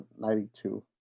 92